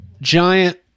Giant